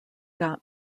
got